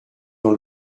dans